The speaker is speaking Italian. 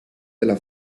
della